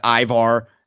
Ivar